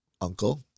uncle